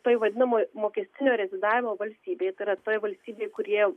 toj vadinamoj mokestinio rezidavimo valstybėj tai yra toj valstybėj kur jie